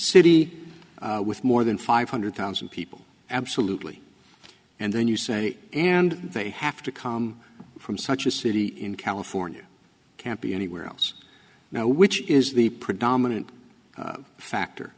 city with more than five hundred thousand people absolutely and then you say and they have to come from such a city in california can't be anywhere else now which is the predominant factor